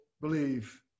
believe